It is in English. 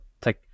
take